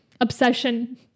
obsession